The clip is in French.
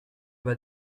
bas